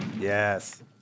Yes